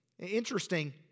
Interesting